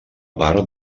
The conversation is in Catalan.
part